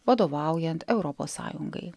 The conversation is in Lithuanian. vadovaujant europos sąjungai